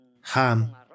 ham